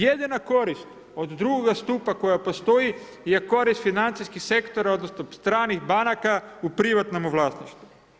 Jedina korist od drugoga stupa koja postoji je korist financijskih sektora, odnosno stranih banaka u privatnom vlasništvu.